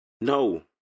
No